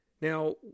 Now